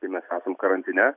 tai mes esam karantine